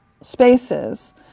spaces